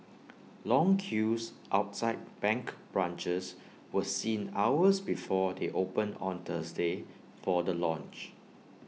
long queues outside bank branches were seen hours before they opened on Thursday for the launch